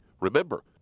Remember